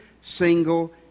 single